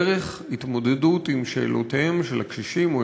דרך התמודדות עם שאלותיהם של הקשישים או